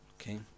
Okay